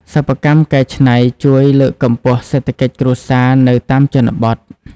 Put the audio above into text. សិប្បកម្មកែច្នៃជួយលើកកម្ពស់សេដ្ឋកិច្ចគ្រួសារនៅតាមជនបទ។